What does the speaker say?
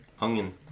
Onion